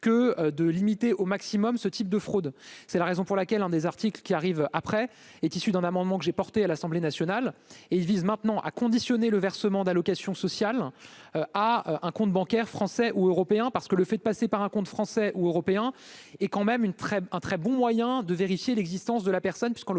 que de limiter au maximum ce type de fraude, c'est la raison pour laquelle un des articles qui arrive après est issu d'un amendement que j'ai porté à l'Assemblée nationale et il vise maintenant à conditionner le versement d'allocations sociales à un compte bancaire français ou européen, parce que le fait de passer par un compte français ou européen et quand même une très un très bon moyen de vérifier l'existence de la personne,